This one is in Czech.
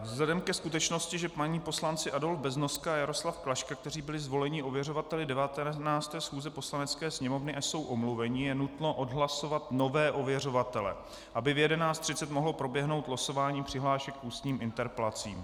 Vzhledem ke skutečnosti, že páni poslanci Adolf Beznoska a Jaroslav Klaška, kteří byli zvoleni ověřovateli 19. schůze Poslanecké sněmovny, jsou omluveni, je nutno odhlasovat nové ověřovatele, aby v 11.30 mohlo proběhnout losování přihlášek k ústním interpelacím.